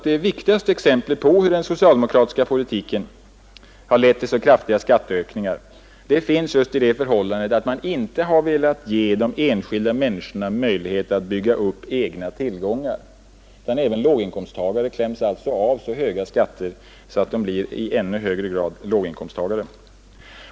Det viktigaste exemplet på hur den socialdemokratiska politiken har lett till så kraftiga skatteökningar finns just i det förhållandet att man inte har velat ge de enskilda människorna möjlighet att bygga upp egna tillgångar. Även låginkomsttagare avkrävs så höga skatter att de blir i ännu högre grad låginkomsttagare.